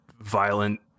violent